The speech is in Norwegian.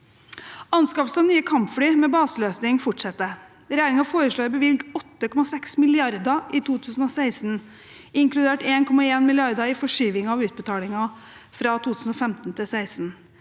Anskaffelsen av nye kampfly med baseløsning fortsetter. Regjeringen foreslår å bevilge 8,6 mrd. kr i 2016 inkludert 1,1 mrd. kr i forskyving av utbetalingen fra 2015 til 2016.